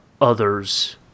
others